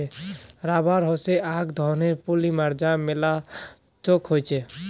rubber হসে আক রকমের পলিমার যা মেলা ছক্ত হই